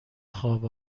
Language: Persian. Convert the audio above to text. خواب